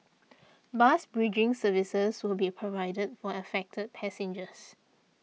bus bridging services will be provided for affected passengers